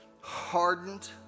hardened